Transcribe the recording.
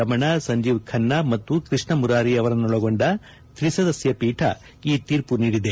ರಮಣ ಸಂಜೀವ್ ಖನ್ನಾ ಮತ್ತು ಕೃಷ್ಣ ಮುರಾರಿ ಅವರನ್ನೊಳಗೊಂಡ ತ್ರಿಸದಸ್ನ ಪೀಠ ಈ ತೀರ್ಮ ನೀಡಿದೆ